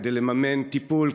כדי לממן טיפול,